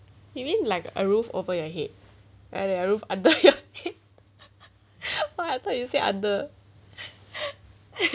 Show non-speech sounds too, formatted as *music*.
you mean like a roof over your head ah a roof *laughs* under your head *laughs* !wah! I thought you say under *laughs*